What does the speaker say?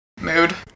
mood